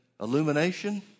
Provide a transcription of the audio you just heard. illumination